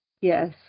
Yes